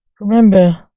Remember